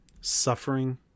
suffering